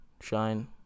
shine